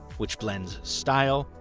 which blends style,